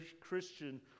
Christian